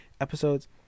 episodes